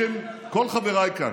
בשם כל חבריי כאן: